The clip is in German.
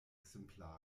exemplare